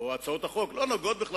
השאלה הזאת כולנו.